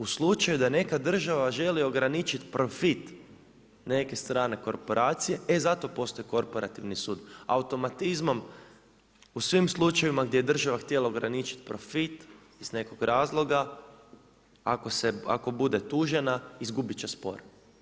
U slučaju da neka država želi ograničiti profit meke strane korporacije ,e zato postoji korporativni sud, automatizmom u svim slučajevima gdje je država htjela država ograničiti profit iz nekog razloga ako bude tužena, izgubit će spor.